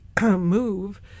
move